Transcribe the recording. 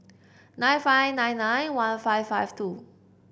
nine five nine nine one five five two